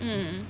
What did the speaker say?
mm